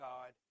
God